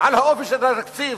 על האופי של התקציב,